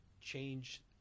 change